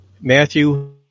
Matthew